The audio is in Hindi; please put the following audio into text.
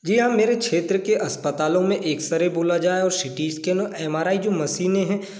जी हाँ मेरे क्षेत्र के अस्पतालों में एक्स रे बोला जाये और C T scan M R I जो मशीनें हैं